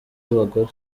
y’abagore